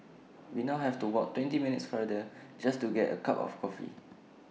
we now have to walk twenty minutes farther just to get A cup of coffee